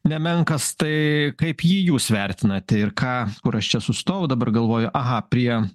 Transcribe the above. nemenkas tai kaip jį jūs vertinate ir ką kur aš čia sustojau dabar galvoju aha prie